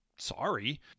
Sorry